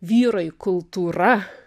vyrai kultūra